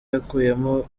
yakuyemo